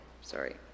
sorry